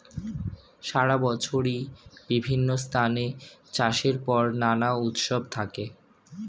সারা বছরই বিভিন্ন স্থানে চাষের পর নানা উৎসব থাকে